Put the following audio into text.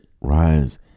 rise